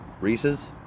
Reese's